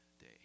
day